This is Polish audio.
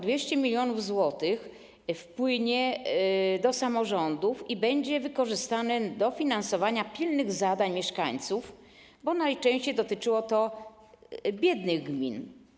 200 mln zł wpłynie do samorządów i będzie wykorzystane do finansowania pilnych zadań mieszkańców, bo najczęściej dotyczyło to biednych gmin.